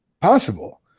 possible